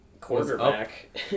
quarterback